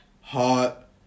hot